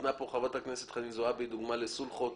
נתנה כאן חברת הכנסת חנין זועבי דוגמה לסולחות